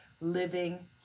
living